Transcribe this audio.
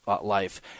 life